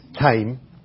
time